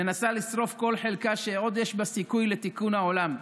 מנסה לשרוף כל חלקה שעוד יש בה סיכוי לתיקון העולם.